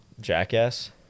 jackass